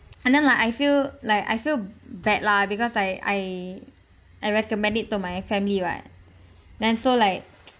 and then like I feel like I feel bad lah because I I I recommend it to my family what then so like